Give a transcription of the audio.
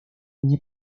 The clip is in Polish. nie